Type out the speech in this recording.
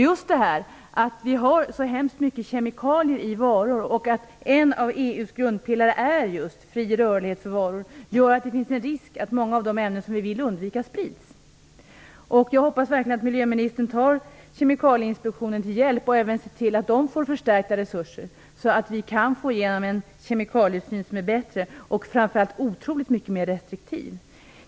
Just det faktum att det finns så väldigt mycket kemikalier i varor och att en av EU:s grundpelare är just fri rörlighet för varor gör att det finns en risk för att många av de ämnen som vi vill undvika sprids. Jag hoppas verkligen att miljöministern tar Kemikalieinspektionen till hjälp och ser till att man där får förstärkta resurser, så att vi kan få igenom en kemikaliesyn som är bättre och framför allt otroligt mycket mer restriktiv.